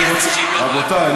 רבותיי,